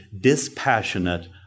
dispassionate